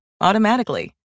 automatically